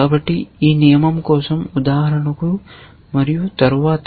కాబట్టి ఈ నియమం కోసం ఉదాహరణకు మరియు తరువాత